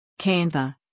Canva